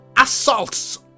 assaults